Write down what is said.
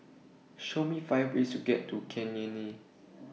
Show Me five ways to get to Cayenne